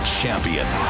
champion